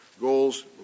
goals